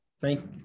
thank